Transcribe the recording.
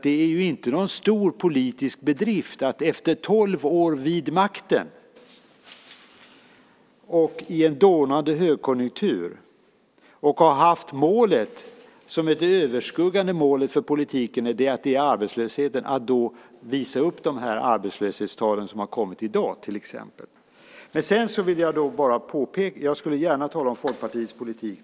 Det är inte någon stor politisk bedrift att efter tolv år vid makten, i en dånande högkonjunktur och med arbetslösheten som det överskuggande målet för politiken, visa upp de arbetslöshetstal som har kommit i dag. Jag skulle gärna tala om Folkpartiets politik.